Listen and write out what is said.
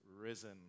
risen